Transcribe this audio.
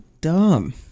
Dumb